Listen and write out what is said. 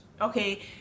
okay